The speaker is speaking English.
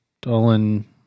Dolan